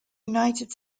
united